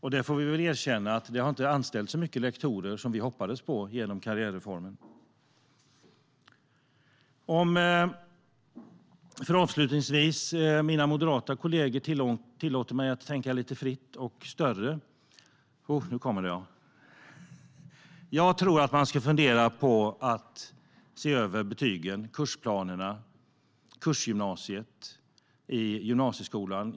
Vi får väl erkänna att det inte har anställts så många lektorer som vi hoppades genom karriärreformen. Avslutningsvis, om mina moderata kollegor tillåter mig att tänka lite fritt och större: Jag tror att man ska fundera på att se över betygen, kursplanerna, kursgymnasiet i gymnasieskolan.